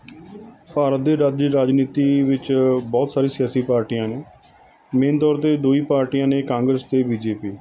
ਭਾਰਤ ਦੀ ਆਜ਼ਾਦੀ ਰਾਜਨੀਤੀ ਵਿੱਚ ਬਹੁਤ ਸਾਰੀ ਸਿਆਸੀ ਪਾਰਟੀਆਂ ਨੇ ਮੇਨ ਤੌਰ 'ਤੇ ਦੋ ਹੀ ਪਾਰਟੀਆਂ ਨੇ ਕਾਂਗਰਸ ਅਤੇ ਬੀ ਜੇ ਪੀ